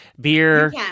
beer